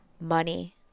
money